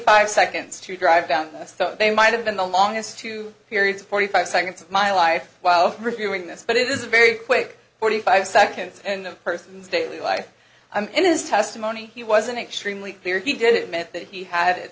five seconds to drive down so they might have been the longest two periods of forty five seconds of my life while reviewing this but it is a very quick forty five seconds and a person's daily life i'm in his testimony he was an extremely clear if he did it meant that he had at